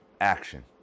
action